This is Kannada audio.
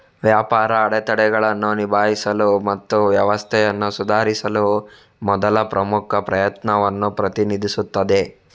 ವ್ಯಾಪಾರ ಅಡೆತಡೆಗಳನ್ನು ನಿಭಾಯಿಸಲು ಮತ್ತು ವ್ಯವಸ್ಥೆಯನ್ನು ಸುಧಾರಿಸಲು ಮೊದಲ ಪ್ರಮುಖ ಪ್ರಯತ್ನವನ್ನು ಪ್ರತಿನಿಧಿಸುತ್ತದೆ